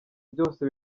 byose